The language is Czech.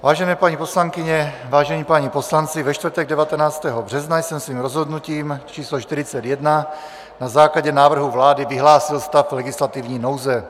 Vážené paní poslankyně, vážení páni poslanci, ve čtvrtek 19. března jsem svým rozhodnutím číslo 41 na základě návrhu vlády vyhlásil stav legislativní nouze.